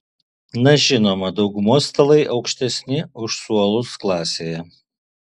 na žinoma daugumos stalai aukštesni už suolus klasėje